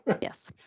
yes